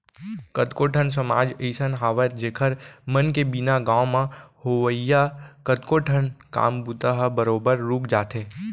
कतको ठन समाज अइसन हावय जेखर मन के बिना गाँव म होवइया कतको ठन काम बूता ह बरोबर रुक जाथे